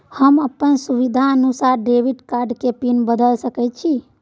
हम अपन सुविधानुसार डेबिट कार्ड के पिन बदल सके छि?